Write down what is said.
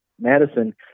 Madison